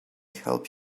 help